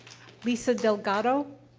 lisa delgado?